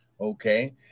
Okay